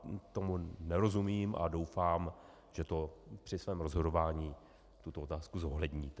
Já tomu nerozumím a doufám, že při svém rozhodování tuto otázku zohledníte.